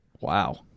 Wow